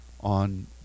on